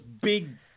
big